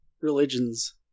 religions